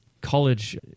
college